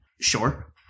Sure